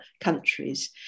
countries